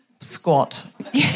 squat